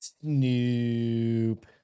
Snoop